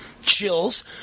chills